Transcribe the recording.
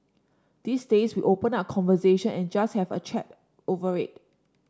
these days we open up conversation and just have a chat over it